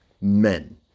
men